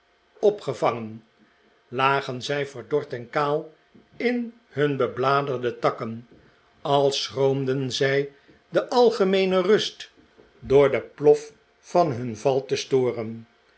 opgevangen lagen zij verdord en kaal in hun bebladerde takken als schrobmden zij de algemeene rust door den plof van hun val te storen